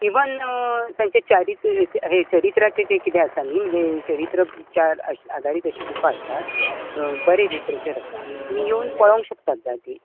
even तांचे चारीत्र हे चरित्राचेर कितें हे आसा चरित्राचरे चार आदारीत अशी बूकां आसात बरें लिटरेचर आसा तुमी येवन पळोवं शकता जाय ती